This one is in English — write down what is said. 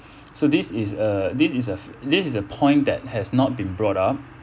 so this is uh this is uh this is a point that has not been brought up